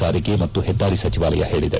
ಸಾರಿಗೆ ಮತ್ತು ಹೆದ್ದಾರಿ ಸಚಿವಾಲಯ ಹೇಳಿದೆ